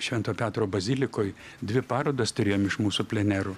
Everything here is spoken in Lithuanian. švento petro bazilikoj dvi parodas turėjom iš mūsų plenerų